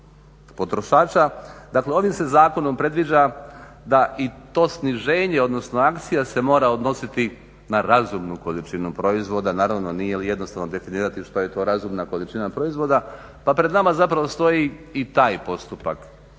Dakle, ovim se zakonom predviđa da i to sniženje, odnosno akcija se mora odnositi na razumnu količinu proizvoda. Naravno nije li jednostavno definirati što je to razumna količina proizvoda. Pa pred nama zapravo stoji i taj postupak,